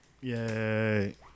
yay